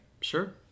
Sure